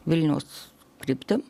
vilniaus kryptim